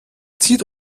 zieht